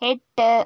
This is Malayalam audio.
എട്ട്